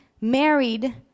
married